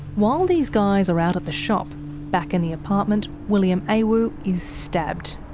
while these guys are out at the shop back in the apartment william awu is stabbed.